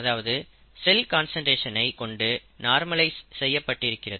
அதாவது cell concentration ஐ கொண்டு நார்மலைஸ் செய்யப்பட்டிருக்கிறது